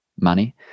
money